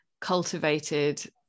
cultivated